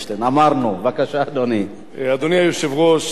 היושב-ראש, מכובדי השר נאמן,